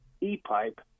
e-pipe